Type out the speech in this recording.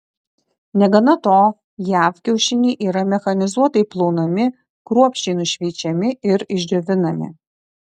negana to jav kiaušiniai yra mechanizuotai plaunami kruopščiai nušveičiami ir išdžiovinami